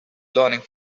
learning